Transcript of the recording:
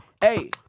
Hey